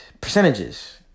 percentages